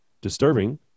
disturbing